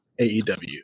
AEW